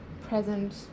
present